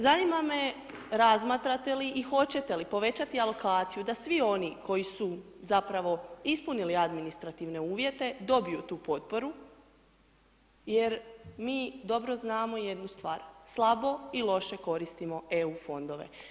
Zanima me razmatrate li i hoćete li povećati alokaciju da svi oni koji su zapravo ispunili administrativne uvjete dobiju tu potporu jer mi dobro znamo jednu stvar, slabo i loše koristimo EU fondove.